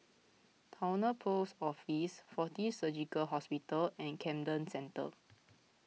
Towner Post Office fortis Surgical Hospital and Camden Centre